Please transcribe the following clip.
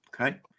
Okay